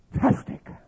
Fantastic